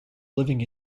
living